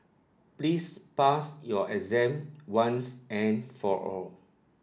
please pass your exam once and for all